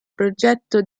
progetto